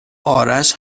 آرش